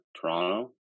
Toronto